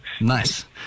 Nice